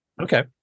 Okay